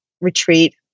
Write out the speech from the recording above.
Retreat